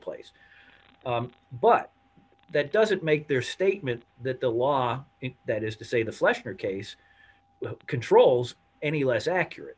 place but that doesn't make their statement that the law that is to say the flesh or case controls any less accurate